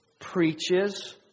Preaches